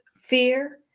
fear